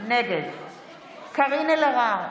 נגד קארין אלהרר,